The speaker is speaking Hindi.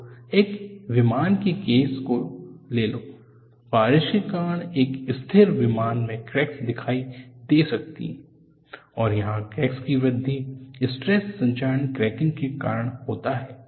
तो एक विमान के केस को ले लो बारिश के कारण एक स्थिर विमान में क्रैक्स दिखाई दे सकती हैं और यहां क्रैक की व्रद्धि स्ट्रेस संक्षारण क्रैकिंग के कारण होता है